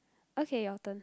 okay your turn